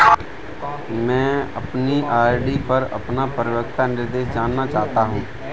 मैं अपनी आर.डी पर अपना परिपक्वता निर्देश जानना चाहता हूँ